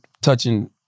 touching